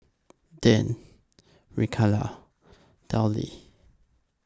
Deann Micayla Dellia